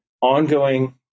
ongoing